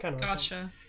Gotcha